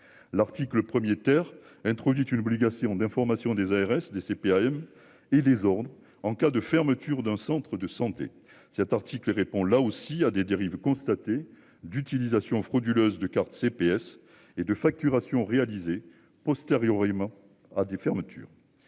l'article 1er terre introduit une obligation d'information des ARS, des CPAM et ordres en cas de fermeture d'un centre de santé cet article répond là aussi à des dérives constatées d'utilisation frauduleuse de carte CPS et de facturation réalisé posteriori demain à des fermetures.